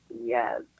yes